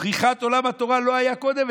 פריחת עולם התורה, לא היה קודם.